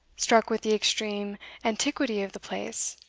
struck with the extreme antiquity of the place,